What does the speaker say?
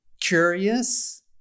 curious